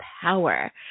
Power